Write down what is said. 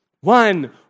One